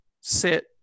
sit